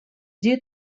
due